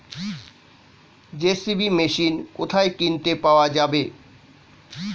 JCB machine কোথায় কিনতে পাওয়া যাবে?